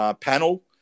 panel